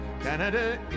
Canada